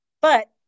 but-